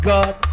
God